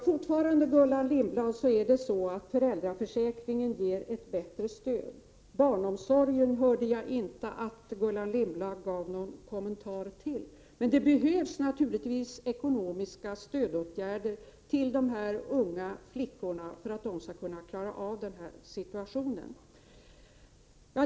Fortfarande gäller, Gullan Lindblad, att föräldraförsäkringen ger ett bättre stöd. Om barnomsorgen hörde jag inte någon kommentar från Gullan Lindblads sida. Det behövs naturligtvis ekonomiskt stöd till de flickor som det rör sig om, så att de kan klara situationen.